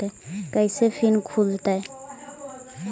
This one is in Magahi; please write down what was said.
कैसे फिन खुल तय?